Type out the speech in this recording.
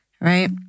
Right